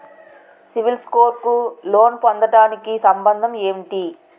CIBIL score కు loan పొందటానికి సంబంధం ఏంటి?